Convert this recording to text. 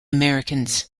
americans